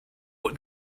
what